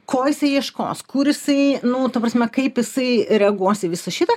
ko jisai ieškos kur jisai nu ta prasme kaip jisai reaguos į visą šitą